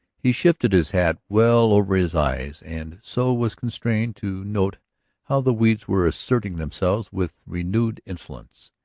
he shifted his hat well over his eyes and so was constrained to note how the weeds were asserting themselves with renewed insolence.